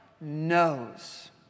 knows